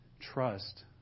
trust